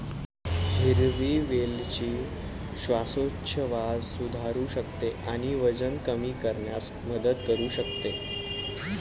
हिरवी वेलची श्वासोच्छवास सुधारू शकते आणि वजन कमी करण्यास मदत करू शकते